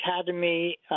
Academy